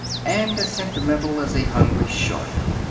and as sentimental as a hungry shark.